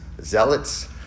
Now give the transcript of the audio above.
zealots